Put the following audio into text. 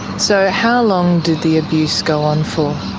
so how long did the abuse go on for?